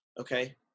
Okay